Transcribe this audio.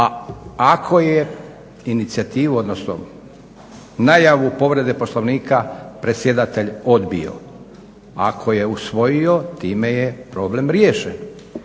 a ako je inicijativu, odnosno najavu povrede Poslovnika predsjedatelj odbio. Ako je usvojio time je problem riješen.